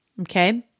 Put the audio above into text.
okay